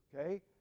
okay